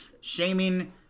shaming